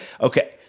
Okay